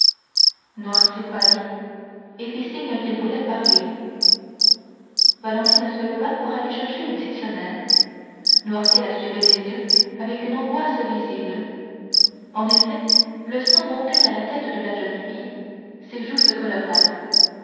noirtier pâlit et fit signe qu'il voulait parler valentine se leva pour aller chercher le dictionnaire noirtier la suivait des yeux avec une angoisse visible en effet le sang montait à la tête de la jeune fille ses joues se colorèrent